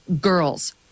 girls